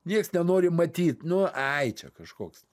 nieks nenori matyt nu ai čia kažkoks